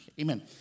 Amen